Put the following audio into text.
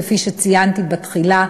כפי שציינתי בתחילה,